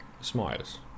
Smiles